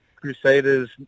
Crusaders